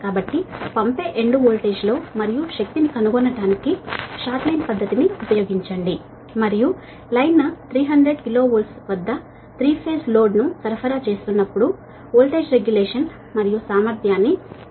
కాబట్టి పంపే end voltage లో మరియు పవర్ ని కనుగొనటానికి షార్ట్ లైన్ పద్ధతి ను ఉపయోగించాలి మరియు లైన్ 300 KV వద్ద 3 ఫేజ్ లోడ్ ను సరఫరా చేస్తున్నప్పుడు వోల్టేజ్ రెగ్యులేషన్ మరియు ఎఫిషియన్సీ 0